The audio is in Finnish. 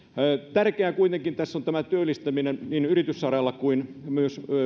tärkeää tässä kuitenkin on työllistäminen niin yrityssaralla kuin myös